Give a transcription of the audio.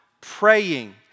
praying